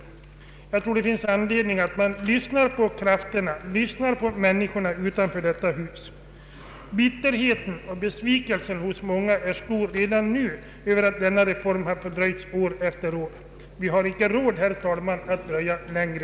Jag tror att det finns anledning att lyssna på människorna utanför detta hus. Det råder redan nu stor bitterhet och besvikelse över att denna reform har fördröjts år efter år. Vi har inte råd att dröja längre.